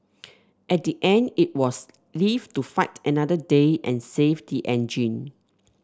at the end it was live to fight another day and save the engine